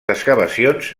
excavacions